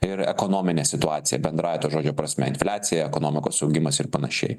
ir ekonominę situaciją bendrąja to žodžio prasme infliacija ekonomikos augimas ir panašiai